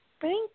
Thank